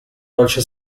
dolce